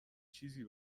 چیزی